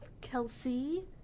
Kelsey